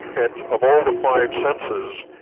and of all the five senses,